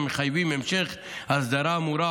המחייבים את המשך ההסדרה האמורה,